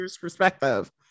perspective